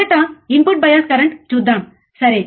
మొదట input bias current చూద్దాం సరే